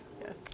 Yes